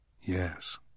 Yes